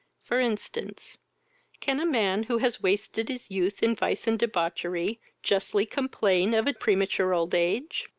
for instance can a man, who has wasted his youth in vice and debauchery, justly complain of a premature old age?